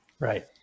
Right